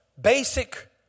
Basic